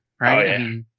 Right